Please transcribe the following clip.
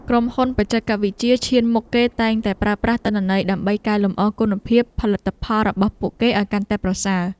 ក្រុមហ៊ុនបច្ចេកវិទ្យាឈានមុខគេតែងតែប្រើប្រាស់ទិន្នន័យដើម្បីកែលម្អគុណភាពផលិតផលរបស់ពួកគេឱ្យកាន់តែប្រសើរ។